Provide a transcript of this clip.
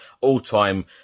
all-time